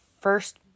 first